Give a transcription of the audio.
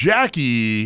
Jackie